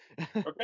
okay